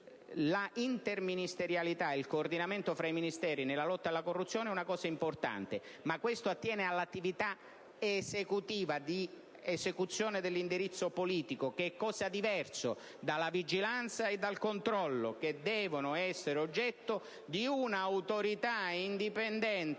l'interministerialità e il coordinamento tra i Ministeri nella lotta alla corruzione rappresentano un aspetto importante. Ma questo attiene all'attività esecutiva, cioè di esecuzione dell'indirizzo politico, che è cosa diversa dalla vigilanza e dal controllo, che devono essere oggetto di un'Autorità indipendente,